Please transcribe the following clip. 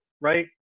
right